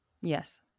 Yes